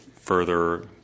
further